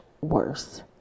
worse